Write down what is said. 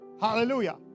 Hallelujah